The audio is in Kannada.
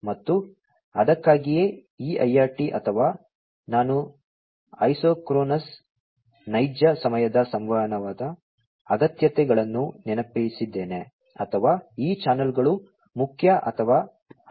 ಮತ್ತು ಅದಕ್ಕಾಗಿಯೇ ಈ IRT ಅಥವಾ ನಾನು ಐಸೋಕ್ರೋನಸ್ ನೈಜ ಸಮಯದ ಸಂವಹನ ಅಗತ್ಯತೆಗಳನ್ನು ನೆನೆಸಿದ್ದೇನೆ ಅಥವಾ ಈ ಚಾನಲ್ಗಳು ಮುಖ್ಯ ಮತ್ತು ಅಗತ್ಯವಿದೆ